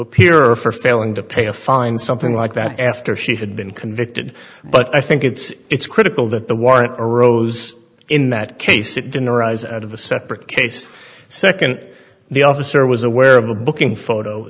appear or for failing to pay a fine something like that after she had been convicted but i think it's critical that the warrant arose in that case it didn't arise out of a separate case nd the officer was aware of the booking photo